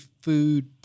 food